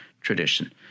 tradition